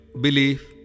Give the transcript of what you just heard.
belief